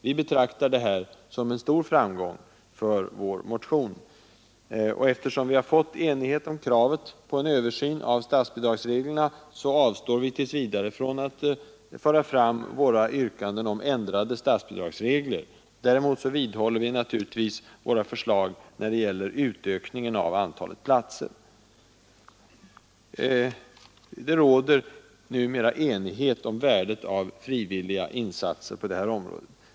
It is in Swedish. Vi betraktar det här som en stor framgång för vår motion, och eftersom vi har fått enighet om kravet på en översyn av statsbidragsreglerna avstår vi tills vidare från att föra fram våra yrkanden om ändrade statsbidragsregler. Däremot vidhåller vi naturligtvis våra förslag när det gäller utökningen av antalet platser. Det råder numera enighet om värdet av frivilliga insatser på det här området.